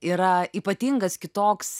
yra ypatingas kitoks